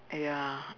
ya